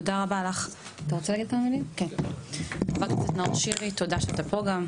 חבר הכנסת נאור שירי, תודה שאתה פה.